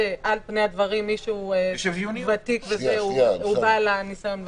שעל פני הדברים מישהו ותיק הוא בעל הניסיון והידע,